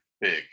big